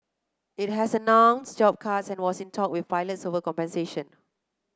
it has announced job cuts and was in talks with pilots over compensation